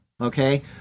okay